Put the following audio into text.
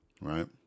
right